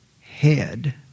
head